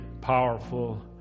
powerful